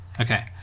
okay